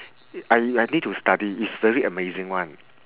I I need to study it's very amazing one